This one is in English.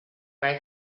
great